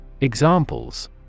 Examples